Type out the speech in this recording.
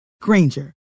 Granger